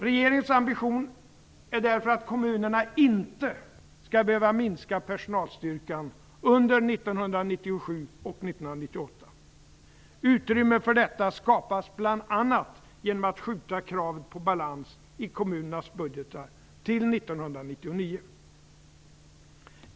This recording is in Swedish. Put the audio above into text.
Regeringens ambition är därför att kommunerna inte skall behöva minska personalstyrkan under 1997 och 1998. Utrymme för detta skapas bl.a. genom att man skjuter kravet på balans i kommunernas budgetar till 1999.